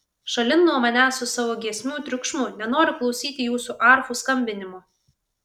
šalin nuo manęs su savo giesmių triukšmu nenoriu klausyti jūsų arfų skambinimo